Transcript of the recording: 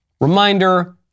reminder